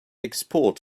export